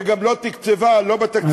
וגם לא תקצבה, לא בתקציב